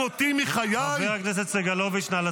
חבר הכנסת סגלוביץ', קריאה שלישית.